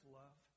love